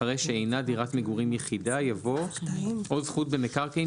אחרי "שאינה דירת מגורים יחידה" יבוא "או זכות במקרקעין